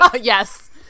Yes